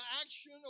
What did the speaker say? action